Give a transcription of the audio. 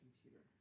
computer